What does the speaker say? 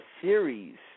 series